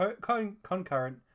concurrent